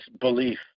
belief